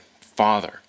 Father